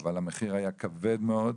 אבל המחיר היה כבד מאוד.